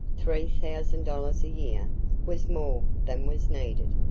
three thousand dollars a year was more than was needed,